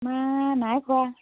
নাই কোৱা